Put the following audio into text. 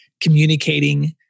communicating